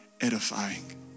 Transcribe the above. edifying